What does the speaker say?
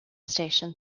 station